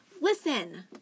Listen